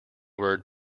word